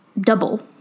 double